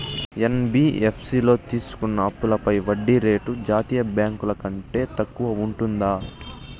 NBFC లో తీసుకున్న అప్పుపై వడ్డీ రేటు జాతీయ బ్యాంకు ల కంటే తక్కువ ఉంటుందా?